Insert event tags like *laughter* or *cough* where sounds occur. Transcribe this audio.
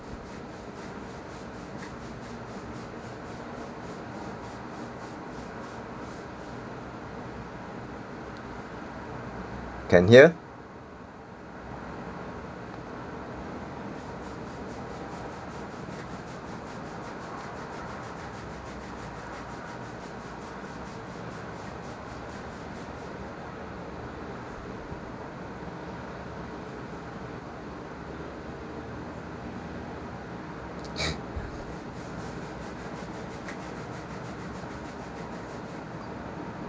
can hear *noise*